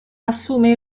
assume